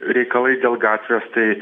reikalai dėl gatvės tai